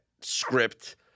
script